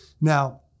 Now